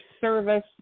service